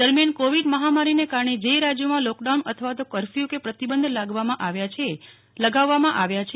દરમિયાન કોવિડ મહામારીને કારણે જ રાજયોમાં લોકડાઉન અથવા તો કરફયુ કે પ્રતિબંધ લગાવવામાં આવ્યા છે